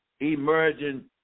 emerging